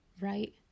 right